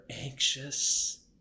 anxious